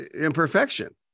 imperfection